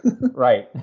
Right